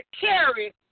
carry